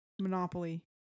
monopoly